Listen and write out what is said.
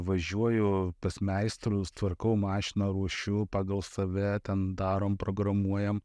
važiuoju pas meistrus tvarkau mašiną ruošiu pagal save ten darom programuojam